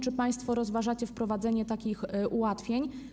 Czy państwo rozważacie wprowadzenie takich ułatwień?